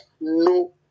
no